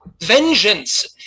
vengeance